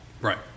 Right